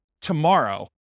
tomorrow